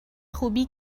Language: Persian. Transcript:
خوبی